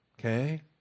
okay